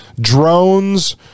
drones